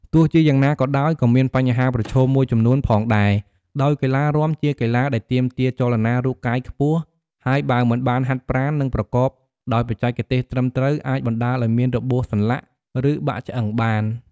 ទោះជាយ៉ាងណាក៏ដោយក៏មានបញ្ហាប្រឈមមួយចំនួនផងដែរ ដោយកីឡរាំជាកីឡាដែលទាមទារចលនារូបកាយខ្ពស់ ហើយបើមិនបានហាត់ប្រាណ និងប្រកបដោយបច្ចេកទេសត្រឹមត្រូវ អាចបណ្តាលឲ្យមានរបួសសន្លាក់ ឬបាក់ឆ្អឹងបាន។